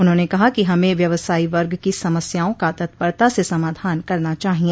उन्होंने कहा कि हमें व्यवसायी वर्ग की समस्याओं का तत्परता से समाधान करना चाहिए